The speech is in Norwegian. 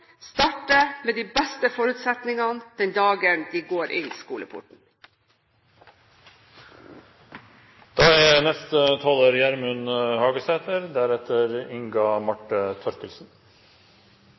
med de beste forutsetningene den dagen de går inn